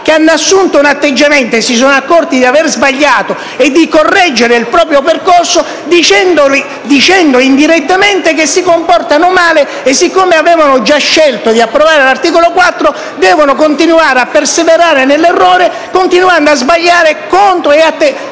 che hanno assunto un certo atteggiamento, si sono accorti di avere sbagliato e vogliono correggere il proprio percorso, dicendogli indirettamente che si comportano male e che, siccome avevano scelto di approvare l'articolo 4, devono continuare a perseverare nell'errore, continuare a sbagliare, comportandosi